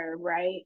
right